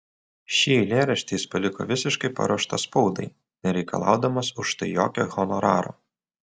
šį eilėraštį jis paliko visiškai paruoštą spaudai nereikalaudamas už tai jokio honoraro